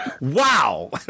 Wow